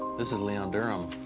this is leon durham.